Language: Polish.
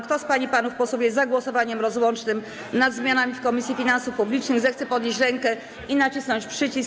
Kto z pań i panów posłów jest za głosowaniem rozłącznym nad zmianami w Komisji Finansów Publicznych, zechce podnieść rękę i nacisnąć przycisk.